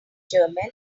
german